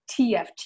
TFT